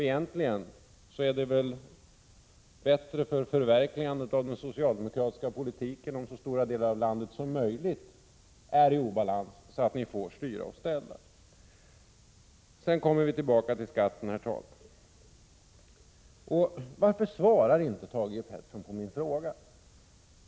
Egentligen är det väl bättre för förverkligandet av den socialdemokratiska politiken, om så stora delar av landet som möjligt är i obalans, så att ni får styra och ställa. Sedan kommer vi tillbaka till skatten. Varför svarar inte Thage G. Peterson på min fråga?